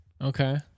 Okay